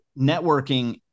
networking